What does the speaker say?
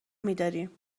میداریم